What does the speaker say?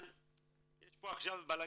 אבל יש פה עכשיו בלגן,